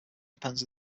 depends